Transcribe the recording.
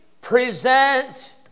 present